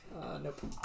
Nope